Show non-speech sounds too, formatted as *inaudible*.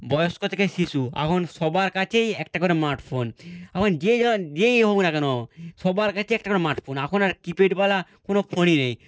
বয়স্ক থেকে শিশু এখন সবার কাছেই একটা করে স্মার্ট ফোন *unintelligible* এখন যেই *unintelligible* যেই হোক না কেন সবার কাছে একটা করে স্মার্ট ফোন এখন আর কীপ্যাডওয়ালা কোনো ফোনই নেই